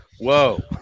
whoa